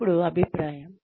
ఇప్పుడు అభిప్రాయం